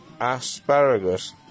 asparagus